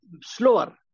slower